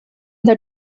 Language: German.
der